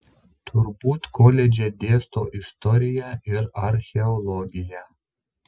turbūt koledže dėsto istoriją ir archeologiją